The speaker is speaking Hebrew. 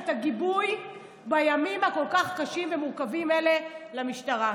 את הגיבוי בימים הכל-כך קשים ומורכבים האלה למשטרה.